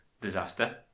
disaster